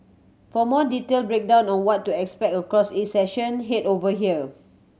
for more detailed breakdown of what to expect across each session head over here